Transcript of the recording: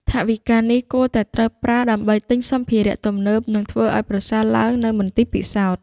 ថវិកានេះគួរតែត្រូវប្រើដើម្បីទិញសម្ភារៈទំនើបនិងធ្វើឱ្យប្រសើរឡើងនូវមន្ទីរពិសោធន៍។